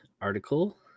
article